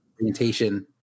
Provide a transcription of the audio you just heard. orientation